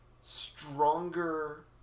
stronger